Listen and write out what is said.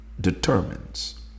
determines